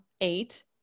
eight